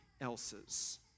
else's